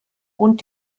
und